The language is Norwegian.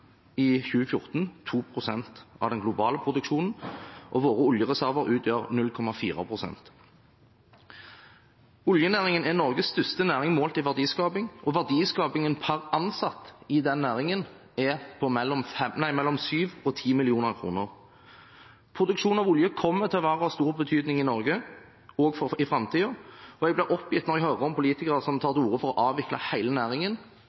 i 2014 2 pst. av den globale produksjonen, og våre oljereserver utgjør 0,4 pst. Oljenæringen er Norges største næring målt i verdiskaping, og verdiskapingen per ansatt i næringen er på mellom 7 mill. kr og 10 mill. kr. Produksjon av olje kommer til å være av stor betydning i Norge også i framtiden, og jeg blir oppgitt når jeg hører om politikere som tar til orde for å avvikle hele næringen,